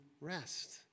rest